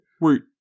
Wait